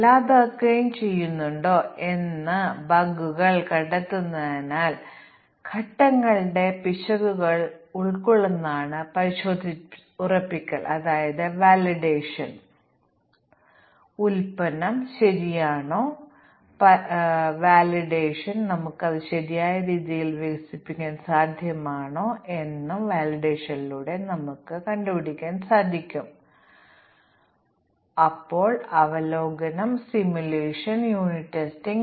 അതിനാൽ ഞങ്ങൾ ഇവിടെ ഒരു മൊഡ്യൂൾ എടുത്ത് അതിനെ മറ്റൊരു മൊഡ്യൂളുമായി സമന്വയിപ്പിക്കുന്നു കാരണം അതേ തലത്തിലുള്ള മൊഡ്യൂളുകളൊന്നും ഉയർന്ന ലെവൽ മൊഡ്യൂളുമായി സംയോജിപ്പിച്ചിട്ടില്ല തുടർന്ന് ഞങ്ങൾ മറ്റൊരു മൊഡ്യൂളുമായി സംയോജിപ്പിക്കുന്നു ഈ ലെവൽ കൂടാതെ തുടർന്ന് അടുത്ത മൊഡ്യൂളും തുടർന്ന് അടുത്ത മൊഡ്യൂളും സമ്യോജിപ്പിക്കുന്നു